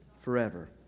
forever